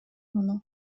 муну